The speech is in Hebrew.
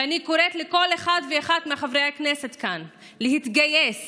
ואני קוראת לכל אחד ואחת מחברי הכנסת כאן להתגייס